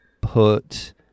put